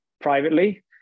privately